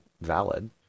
valid